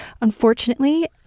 Unfortunately